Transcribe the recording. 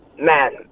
man